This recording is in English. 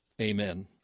Amen